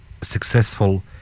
successful